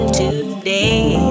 today